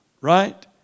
Right